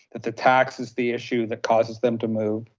that the tax is the issue that causes them to move.